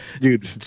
dude